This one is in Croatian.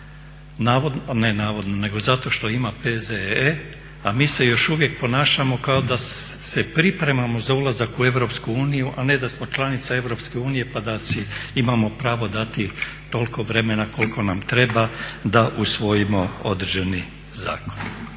hitnom postupku zato što ima P.Z.E., a mi se još uvijek ponašamo kao da se pripremamo za ulazak u Europsku uniju, a ne da smo članica Europske unije pa da si imamo pravo dati toliko vremena koliko nam treba da usvojimo određeni zakon.